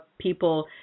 people